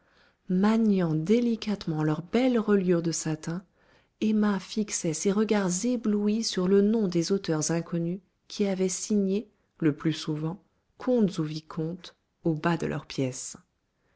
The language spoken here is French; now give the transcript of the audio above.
maniant délicatement leurs belles reliures de satin emma fixait ses regards éblouis sur le nom des auteurs inconnus qui avaient signé le plus souvent comtes ou vicomtes au bas de leurs pièces